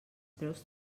preus